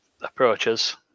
approaches